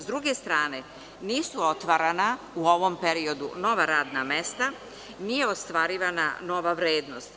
S druge strane, nisu otvarana u ovom periodu nova radna mesta, nije ostvarivana nova vrednost.